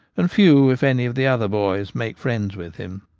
and few if any of the other boys make friends with him.